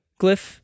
glyph